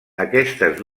aquestes